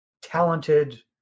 talented